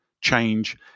change